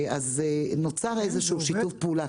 נוצר איזשהו שיתוף פעולה.